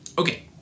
Okay